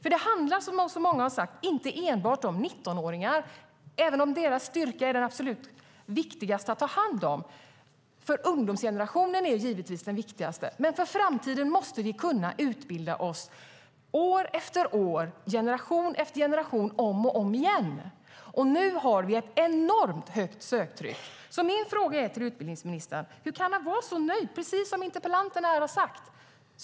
Som så många har sagt handlar det inte enbart om 19-åringar, även om deras styrka är den absolut viktigaste att ta hand om. Ungdomsgenerationen är givetvis den viktigaste. Men för framtiden måste vi kunna utbilda oss år efter år, generation efter generation, om och om igen. Nu har vi ett enormt högt söktryck. Precis som interpellanterna undrar jag: Hur kan utbildningsministern vara så nöjd?